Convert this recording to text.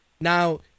Now